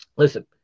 Listen